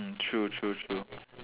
mm true true true